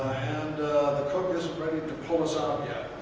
and the cook isn't ready to pull us out yet.